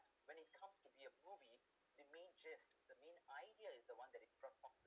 when it comes to be a movie the main just the main idea is the one that is